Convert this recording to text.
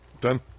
Done